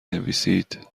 نویسید